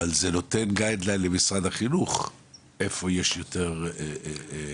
אבל זה נותן קו מנחה למשרד חינוך איפה יש יותר מחסור.